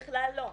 בכלל לא.